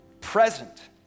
present